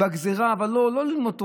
בגזרה לא ללמוד תורה,